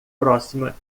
próxima